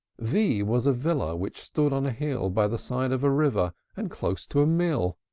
v was a villa which stood on a hill, by the side of a river, and close to a mill.